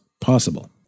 possible